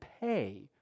pay